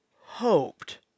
hoped